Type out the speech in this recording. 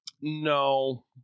No